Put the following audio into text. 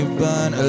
burn